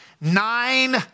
nine